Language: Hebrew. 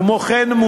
כמו כן,